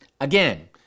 Again